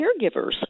caregivers